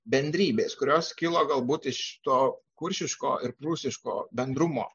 bendrybės kurios kilo galbūt iš to kuršiško ir prūsiško bendrumo